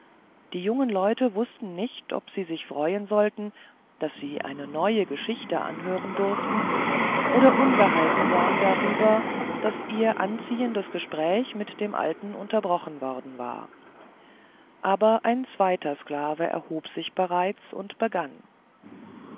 die jungen leute wußten nicht ob sie sich freuen sollten daß sie eine neue geschichte anhören durften oder ungehalten sein darüber daß ihr anziehendes gespräch mit dem alten unterbrochen worden war aber ein zweiter sklave erhob sich bereits und begann